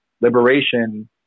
liberation